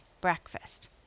breakfast